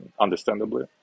understandably